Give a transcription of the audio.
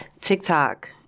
TikTok